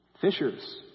Fishers